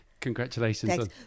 Congratulations